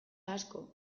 asko